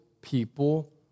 people